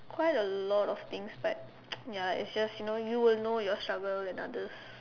quite a lot of things but ya it's just you know you will know your struggle than others